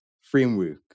framework